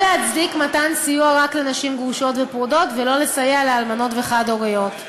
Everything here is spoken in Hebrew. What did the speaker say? קשה להצדיק מתן סיוע רק לנשים גרושות ופרודות ולא לאלמנות וחד-הוריות.